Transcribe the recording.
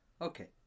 Okay